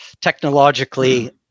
technologically